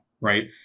right